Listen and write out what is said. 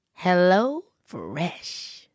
HelloFresh